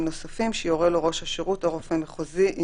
נוספים שיורה לו ראש השירות או רופא מחוזי,